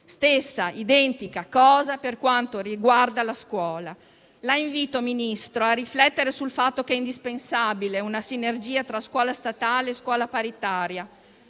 stessa identica cosa per quanto riguarda la scuola. La invito, Ministro, a riflettere sul fatto che è indispensabile una sinergia tra scuola statale e scuola paritaria.